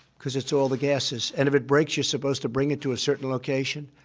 because it's all the gasses. and if it breaks, you're supposed to bring it to a certain location.